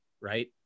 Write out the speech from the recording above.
right